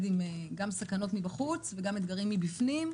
גם עם סכנות מבחוץ וגם עם אתגרים מבפנים.